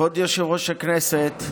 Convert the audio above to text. כבוד יושב-ראש הכנסת,